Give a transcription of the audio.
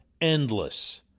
endless